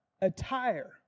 attire